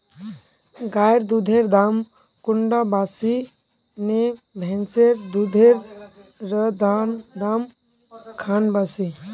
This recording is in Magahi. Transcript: गायेर दुधेर दाम कुंडा बासी ने भैंसेर दुधेर र दाम खान बासी?